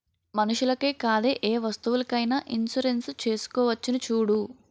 మనుషులకే కాదే ఏ వస్తువులకైన ఇన్సురెన్సు చేసుకోవచ్చును చూడూ